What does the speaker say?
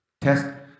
Test